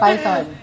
Python